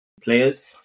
players